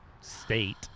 state